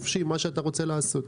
מה שאתה רוצה לעשות.